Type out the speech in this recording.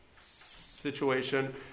situation